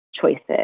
choices